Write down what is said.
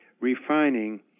refining